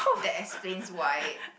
that explains why